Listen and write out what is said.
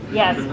yes